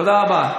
תודה רבה.